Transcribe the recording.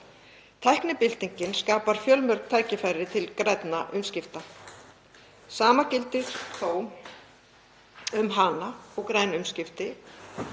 Tæknibyltingin skapar fjölmörg tækifæri til grænna umskipta. Sama gildir þó um hana og græn umskipti